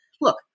look